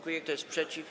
Kto jest przeciw?